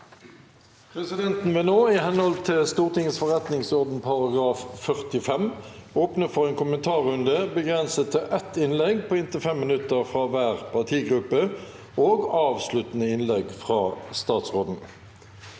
Presidenten vil nå, i hen- hold til Stortingets forretningsorden § 45, åpne for en kommentarrunde begrenset til ett innlegg på inntil 5 minutter fra hver partigruppe og avsluttende innlegg fra statsråden.